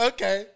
Okay